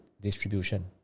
distribution